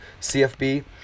CFB